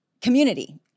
community